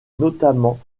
notamment